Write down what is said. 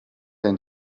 end